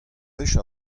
wech